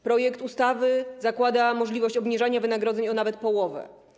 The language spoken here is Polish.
Projekt ustawy zakłada możliwość obniżania wynagrodzeń o nawet połowę.